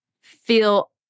feel